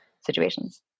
situations